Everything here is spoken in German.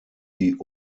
die